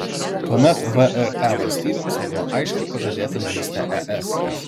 tuomet vre valstybėms buvo aiškiai pažadėta narystė es